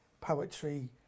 poetry